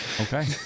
Okay